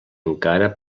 encara